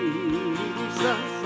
Jesus